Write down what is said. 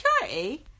security